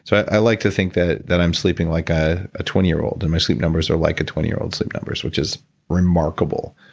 so i like to think that that i'm sleeping like ah a twenty year old and my sleep numbers are like a twenty year old sleep numbers, which is remarkable.